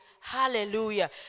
Hallelujah